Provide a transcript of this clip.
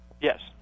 Yes